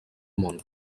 món